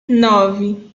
nove